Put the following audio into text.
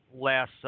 last